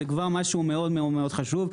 זה כבר משהו מאוד מאוד חשוב.